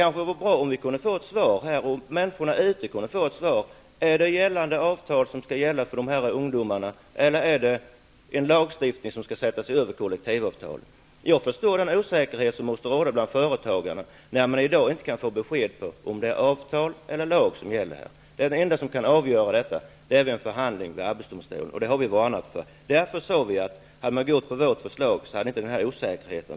Det vore bra om människorna ute kunde få ett svar på frågan: Är det gällande avtal som skall tillämpas för dessa ungdomar, eller är det en lag som sätter kollektivavtalen ur spel? Jag har förståelse för den osäkerhet som måste råda hos företagarna, när de i dag inte kan få besked om huruvida det är lag eller avtal som gäller. Den enda möjligheten att avgöra detta är en förhandling hos arbetsdomstolen, och det har vi varnat för. Om man hade gått på vårt förslag, hade det inte rått någon osäkerhet.